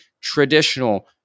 traditional